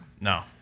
No